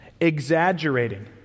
exaggerating